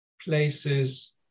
places